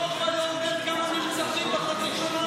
למה אתה לא אומר כמה נרצחים בחצי שנה הזאת?